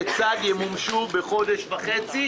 כיצד ימומשו בחודש וחצי,